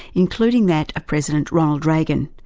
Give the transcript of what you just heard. including that of president ronald reagan.